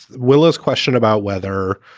willow's question about whether,